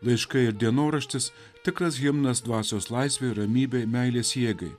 laiškai ir dienoraštis tikras himnas dvasios laisvė ir ramybė meilės jėgai